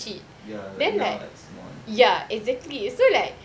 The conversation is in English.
ya like now like small